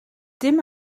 dim